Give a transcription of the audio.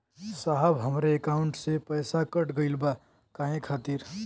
साहब हमरे एकाउंट से पैसाकट गईल बा काहे खातिर?